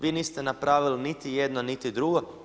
Vi niste napravili niti jedno, niti drugo.